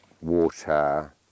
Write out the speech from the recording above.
water